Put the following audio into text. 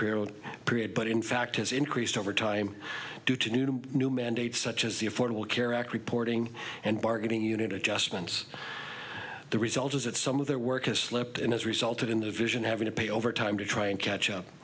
period period but in fact has increased over time due to new new mandates such as the affordable care act reporting and bargaining unit adjustments the result is that some of their work has slipped and has resulted in the vision having to pay overtime to try and catch up